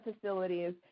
facilities